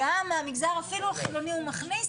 גם מהמגזר אפילו חילוני הוא מכניס.